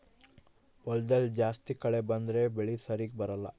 ಹೊಲದಲ್ಲಿ ಜಾಸ್ತಿ ಕಳೆ ಬಂದ್ರೆ ಬೆಳೆ ಸರಿಗ ಬರಲ್ಲ